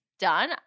done